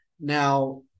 Now